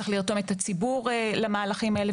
צריך לרתום את הציבור למהלכים האלה,